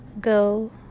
go